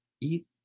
Eat